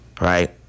Right